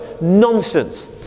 Nonsense